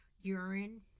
urine